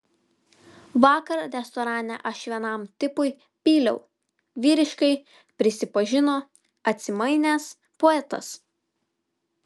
vakar restorane aš vienam tipui pyliau vyriškai prisipažino atsimainęs poetas